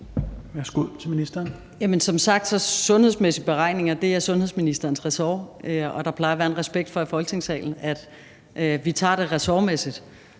Rosenkrantz-Theil): Som sagt er sundhedsmæssige beregninger sundhedsministerens ressort, og der plejer at være en respekt for i Folketingssalen, at vi tager det ressortmæssigt.